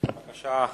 בבקשה,